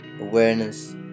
awareness